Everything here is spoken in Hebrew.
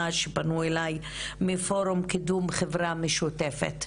שפנו אליי מפורום 'קידום חברה משותפת'